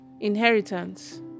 inheritance